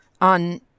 on